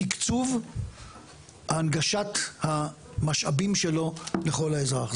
לתקצוב הנגשת המשאבים שלו לכל אזרח.